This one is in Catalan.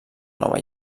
nova